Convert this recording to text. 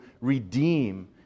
redeem